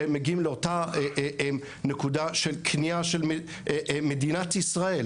שמגיעים לאותה נקודה של כניעה של מדינת ישראל